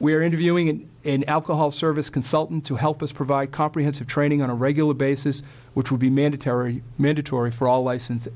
we are interviewing in an alcohol service consultant to help us provide comprehensive training on a regular basis which would be mandatory mandatory for all license